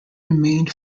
remained